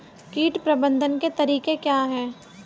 कीट प्रबंधन के तरीके क्या हैं?